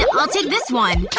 ah i'll take this one